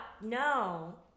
no